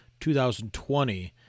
2020